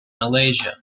malaysia